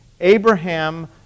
Abraham